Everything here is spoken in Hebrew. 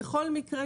בכל מקרה,